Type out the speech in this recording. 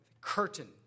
curtain